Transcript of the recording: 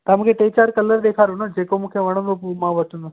तव्हां मूंखे टे चारि कलर ॾेखारियो न जे को मूंखे वणंदो हूअ मां वठंदमि